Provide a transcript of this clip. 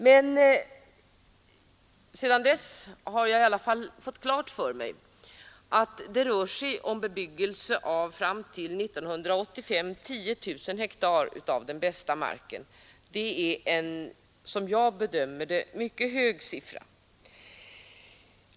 Men sedan dess har jag i alla fall fått klart för mig att det rör sig om bebyggelse fram till år 1985 av 10 000 hektar av den bästa marken. Det är en, som jag bedömer det, mycket hög siffra.